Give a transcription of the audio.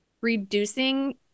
reducing